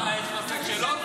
אה, יש ספק שלא?